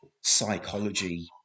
psychology